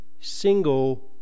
single